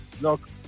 look